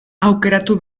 aukeratu